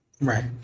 Right